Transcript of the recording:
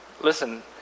listen